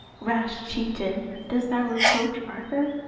rash chieftain! dost thou reproach arthur?